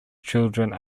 children